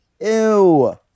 Ew